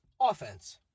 Offense